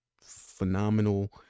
phenomenal